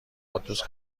قدوس